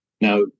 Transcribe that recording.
Now